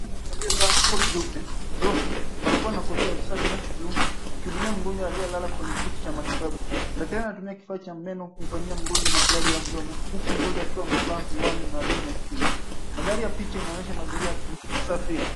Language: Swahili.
...mwanamke aliyevaa koti jeupe, grofu ambalo lilikuwa na kofia ya usafi ya bluu na kumhudumia mgonjwa aliyelala kwenye kiti cha matibabu. Mtaalamu anatumia kifaa cha meno kumfanyia mgonjwa matibabu ya mdomo huku mgonjwa akiwa amevaa miwani maalum ya kinga. Madhari ya picha inaonyesha mazingira ya kliniki safi.